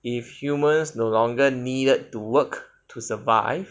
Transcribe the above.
if humans no longer needed to work to survive